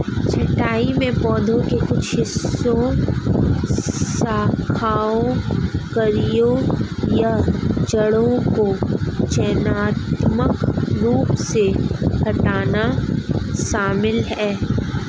छंटाई में पौधे के कुछ हिस्सों शाखाओं कलियों या जड़ों को चयनात्मक रूप से हटाना शामिल है